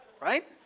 Right